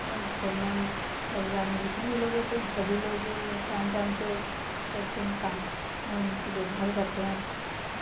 और फेम एम परिवार में जितने भी लोग होते हैं सभी लोग टाइम टाइम से करते हैं काम उनकी देखभाल करते हैं